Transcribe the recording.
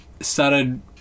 started